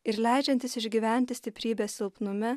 ir leidžiantis išgyventi stiprybę silpnume